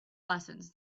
lessons